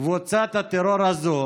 קבוצת הטרור הזאת